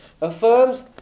affirms